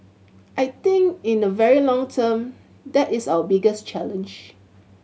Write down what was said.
I think in the very long term that is our biggest challenge